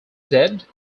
dead